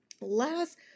Last